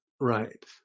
right